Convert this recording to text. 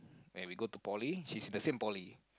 when we go to poly she's in the same poly